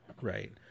right